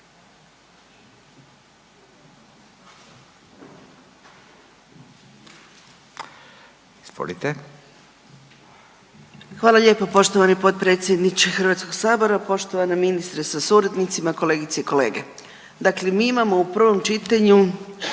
(GLAS)** Hvala lijepo poštovani potpredsjedniče Hrvatskoga sabora. Poštovana ministrice sa suradnicima, kolegice i kolege. Dakle mi imamo u prvom čitanju